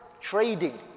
trading